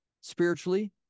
spiritually